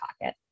pocket